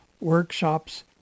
workshops